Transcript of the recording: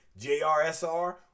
JRSR